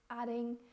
adding